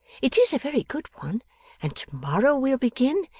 it is a very good one and to-morrow we'll begin,